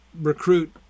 Recruit